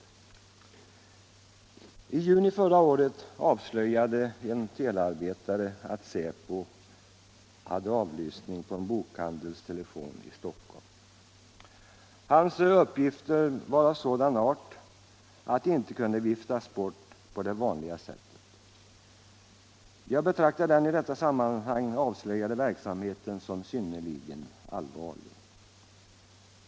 I juni förra året avslöjade en telearbetare att säpo hade under avlyssning en bokhandels telefon i Stockholm. Hans uppgifter var av sådan art att de inte kunde viftas bort på det vanliga sättet. Jag betraktar den i detta sammanhang avslöjade verksamheten som synnerligen allvarlig.